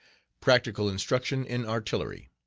practical instruction in artillery.